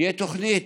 תהיה תוכנית.